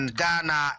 Ghana